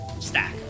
stack